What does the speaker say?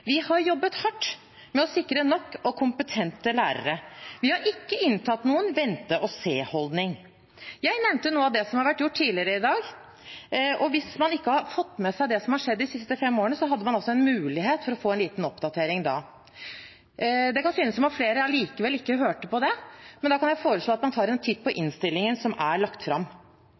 Vi har jobbet hardt med å sikre nok og kompetente lærere. Vi har ikke inntatt noen vente-og-se-holdning. Jeg nevnte noe av det som har vært gjort, tidligere i dag, og hvis man ikke hadde fått med seg det som har skjedd de siste fem årene, hadde man altså mulighet for å få en liten oppdatering da. Det kan synes som at flere allikevel ikke hørte på det, men da kan jeg foreslå at man tar en titt på innstillingen som er lagt fram.